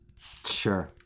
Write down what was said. Sure